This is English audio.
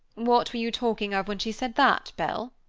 what were you talking of when she said that, bell?